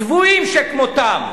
צבועים שכמותם.